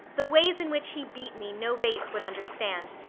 the ways in which he beat me no bates would understand.